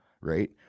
right